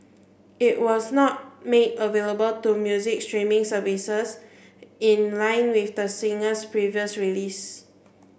it was not made available to music streaming services in line with the singer's previous release